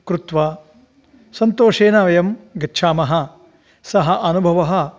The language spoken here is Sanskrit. कृत्वा सन्तोषेन वयं गच्छामः सः अनुभवः